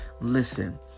Listen